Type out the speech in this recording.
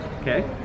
Okay